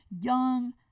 young